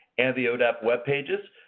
and the odep web pages.